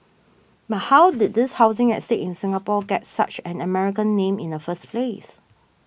but how did this housing estate in Singapore get such an American name in the first place